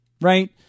right